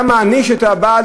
אתה מעניש את הבעל,